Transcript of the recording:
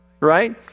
right